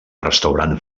restaurant